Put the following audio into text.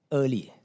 early